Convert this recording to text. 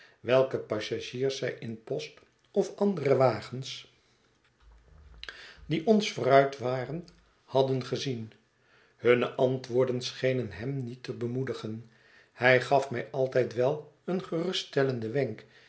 welke passagiers zij in post of andere wagens die ons vooruit waren hadden gezien hunne antwoorden schenen hem niet te bemoedigen hij gaf mij altijd wel een geruststellenden wenk